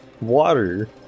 water